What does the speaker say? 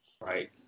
Right